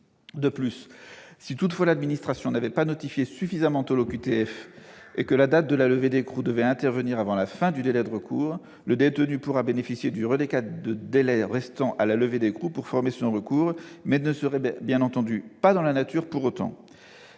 statuer. Si toutefois l'administration n'a pas notifié suffisamment tôt l'OQTF et que la date de la levée d'écrou doit intervenir avant la fin du délai de recours, le détenu pourra bénéficier du reliquat du délai restant à la levée d'écrou pour former son recours, sans qu'il soit pour autant « perdu dans la nature ». Bien